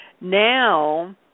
Now